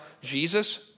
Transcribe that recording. Jesus